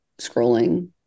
scrolling